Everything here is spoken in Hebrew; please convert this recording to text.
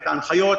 ההנחיות,